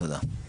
תודה.